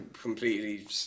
Completely